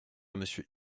monsieur